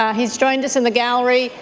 he has joined us in the gallery.